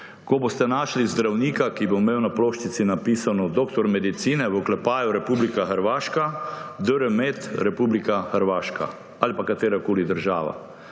ko boste našli zdravnika, ki bo imel na ploščici napisano doktor medicine, v oklepaju Republika Hrvaška, dr. med., Republika Hrvaška ali pa katerakoli država,